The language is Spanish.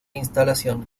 instalación